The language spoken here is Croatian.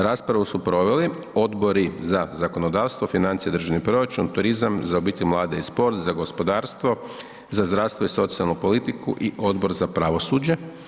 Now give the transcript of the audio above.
Raspravu su proveli Odbori za zakonodavstvo, financije i državni proračun, turizam, za obitelj, mlade i sport, za gospodarstvo, za zdravstvo i socijalnu politiku i Odbor za pravosuđe.